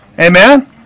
Amen